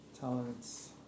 Tolerance